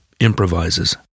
improvises